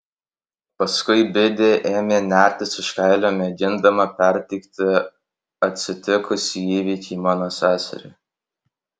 paskui bidė ėmė nertis iš kailio mėgindama perteikti atsitikusį įvykį mano seseriai